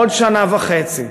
עוד שנה וחצי.